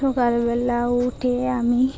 সকালবেলা উঠে আমি